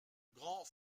grand